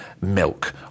Milk